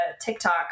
tiktok